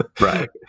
Right